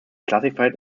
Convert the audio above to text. classified